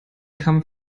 kamm